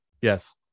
Yes